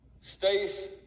Stace